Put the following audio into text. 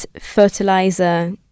fertilizer